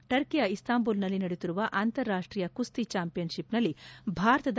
ಟರ್ಕಿಯ ಇಸ್ತಾಂಬುಲ್ನಲ್ಲಿ ನಡೆಯುತ್ತಿರುವ ಅಂತಾರಾಷ್ಷೀಯ ಕುಸ್ತಿ ಚಾಂಪಿಯನ್ಶಿಪ್ನಲ್ಲಿ ಭಾರತದ